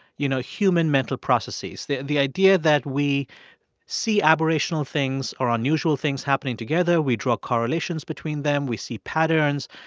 you know, human mental processes the the idea that we see aberrational things or unusual things happening together, we draw correlations between them, we see patterns.